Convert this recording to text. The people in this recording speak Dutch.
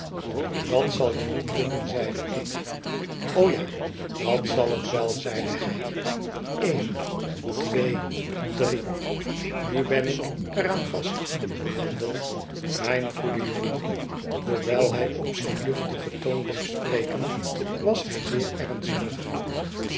dat zal je niet gelukken zeide ik ja dat zal het wel zeide hij een twee drie nu ben ik er aan vast handel mijn goede jongen hoewel hij op zijn luchtigen toon bleef spreken was hij zeer ernstig